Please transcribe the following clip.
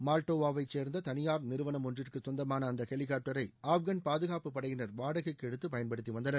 மால்டோவாவைச் சேர்ந்த தனியார் நிறுவனம் ஒன்றுக்கு சொந்தமான அந்த ஹெலிகாப்டரை ஆப்கான் பாதுகாப்புப் படையினர் வாடகைக்கு எடுத்து பயன்படுத்தி வந்தனர்